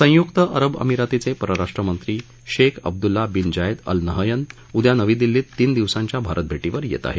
संयुक्त अरब अमिरातीचे परराष्ट्र मंत्री Sheikh Abdullah bin Zayed Al Nahyan उद्या नवी दिल्लीत तीन दिवसांच्या भारत भेटीवर येत आहेत